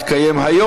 מי נגד?